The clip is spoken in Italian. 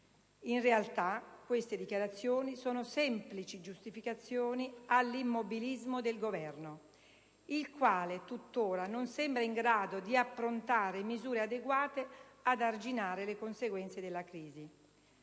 In realtà, queste dichiarazioni sono semplici giustificazioni all'immobilismo del Governo, il quale tuttora non sembra in grado di approntare misure adeguate ad arginare le conseguenze della crisi.